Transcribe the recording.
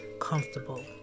comfortable